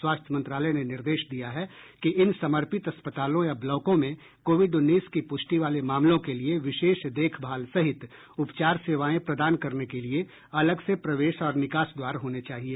स्वास्थ्य मंत्रालय ने निर्देश दिया है कि इन समर्पित अस्पतालों या ब्लॉकों में कोविड उन्नीस की पुष्टि वाले मामलों के लिए विशेष देखभाल सहित उपचार सेवाएं प्रदान करने के लिए अलग से प्रवेश और निकास द्वार होने चाहिए